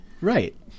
right